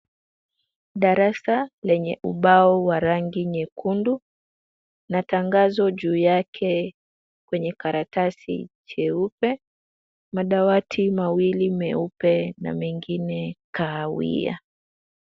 Darasa lenye ubao wa rangi nyekundu na tangazo juu yake kwenye karatasi cheupe. Madawati mawili meupe na mengine kahawia.